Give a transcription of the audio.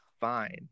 fine